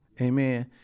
Amen